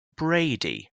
brady